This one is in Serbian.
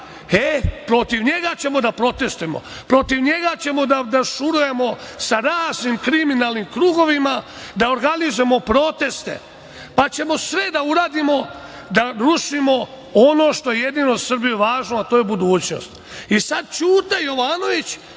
e protiv njega ćemo da protestvujemo, protiv njega ćemo da šurujemo sa raznim kriminalnim krugovima, da organizujemo proteste, pa ćemo sve da uradimo da rušimo ono što je jedino Srbiji važno, a to je budućnost. I, sad Ćuta Jovanović